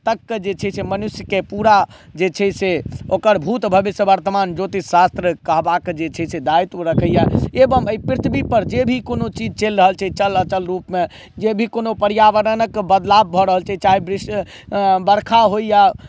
तक के जे छै से मनुष्यकेँ पुरा जे छै से ओकर भूत भविष्य वर्तमान ज्योतिष शास्त्र कहबाके जे छै से दायित्व रखैया एवं एहि पृथ्वी पर जे भी कोनो चीज चलि रहल छै चल अचल रुपमे जे भी कोनो पर्यावरणक बदलाव भऽ रहल छै चाहे वृष्टि वर्षा होइया